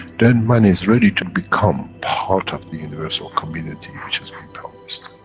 then, man is ready to become part of the universal community which has been promised.